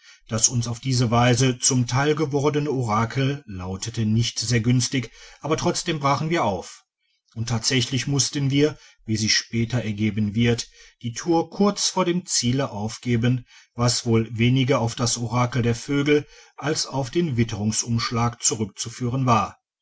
das uns auf diese weise zu teil gewor d orakel lautete nicht sehr günstig aber trotzdem brachen wir auf und tatsächlich mussten wir wie sich später ergeben wird die tour kurz vor dem ziele aufgeben was wohl weniger auf das orakel der vögel als auf den witterungsumschlag zurückzuführen war